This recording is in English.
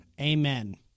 Amen